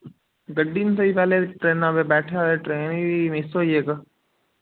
गड्डी नि थोई पैह्ले ट्रेना पर बैठेआ ते ट्रेन बी मिस होई गेई इक